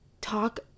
talk